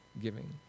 giving